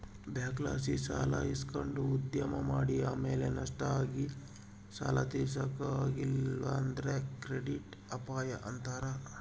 ಬ್ಯಾಂಕ್ಲಾಸಿ ಸಾಲ ಇಸಕಂಡು ಉದ್ಯಮ ಮಾಡಿ ಆಮೇಲೆ ನಷ್ಟ ಆಗಿ ಸಾಲ ತೀರ್ಸಾಕ ಆಗಲಿಲ್ಲುದ್ರ ಕ್ರೆಡಿಟ್ ಅಪಾಯ ಅಂತಾರ